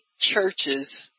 churches